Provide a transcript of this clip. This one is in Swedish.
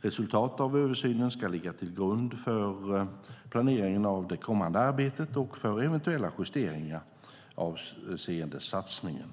Resultatet av översynen ska ligga till grund för planeringen av det kommande arbetet och för eventuella justeringar avseende satsningen.